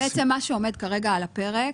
בעצם מה שעומד כרגע על הפרק,